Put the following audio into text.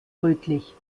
rötlich